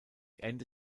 ende